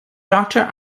doctor